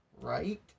right